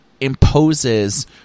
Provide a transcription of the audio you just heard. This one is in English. imposes